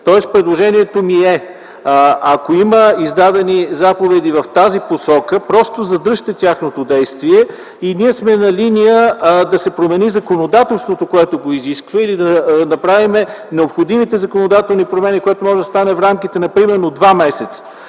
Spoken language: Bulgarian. тежест. Предложението ми е: ако има издадени заповеди в тази посока просто задръжте тяхното действие и ние сме на линия да се промени законодателството, което го изисква, и да направим необходимите законодателни промени, което може да стане например в рамките на два месеца.